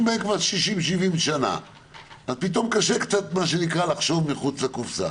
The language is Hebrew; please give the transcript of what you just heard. בהם כבר 70 שנה וקשה לחשוב מחוץ לקופסה.